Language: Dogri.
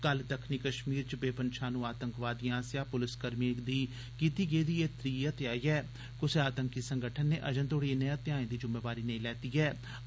कल दक्खनी कश्मीर च बेपंछानु आतंकवादिएं आस्सेआ पुलसकर्मिएं दी कीती गेदी एह् त्री हत्या ऐं कुसै आतंकी संगठन नै अर्जे तोड़ी इनें हत्याएं दी जुम्मेवारी नेई लैती ऐं